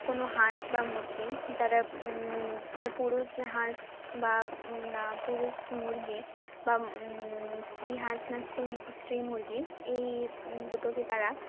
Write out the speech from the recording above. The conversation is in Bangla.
কোনও হাঁস বা মুরগি তারা তার পুরুষ হাঁস বা না পুরুষ মুরগি বা স্ত্রী হাঁস না স্ত্রী মুরগি এই দুটোকে তারা